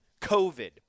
COVID